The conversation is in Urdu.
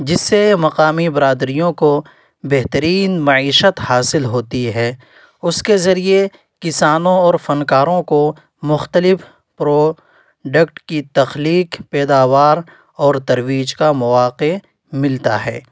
جس سے مقامی برادریوں کو بہترین معیشت حاصل ہوتی ہے اس کے ذریعے کسانوں اور فنکاروں کو مختلف پروڈکٹ کی تخلیق پیداوار اور ترویج کا مواقع ملتا ہے